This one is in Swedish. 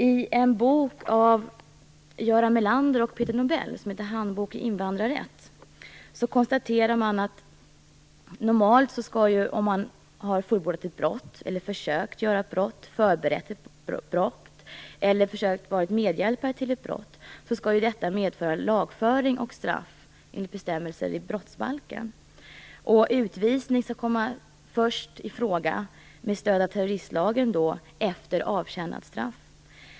I en bok av Göran Melander och Peter Nobel som heter Handbok i invandrarrätt konstaterar man att om någon fullbordat ett brott, försökt begå ett brott, förberett ett brott eller försökt medhjälpa till brott skall detta normalt sett medföra lagföring och straff enligt bestämmelser i brottsbalken. Utvisning, med stöd av terroristlagen, skall komma i fråga först efter avtjänat straff.